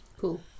cool